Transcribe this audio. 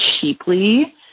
cheaply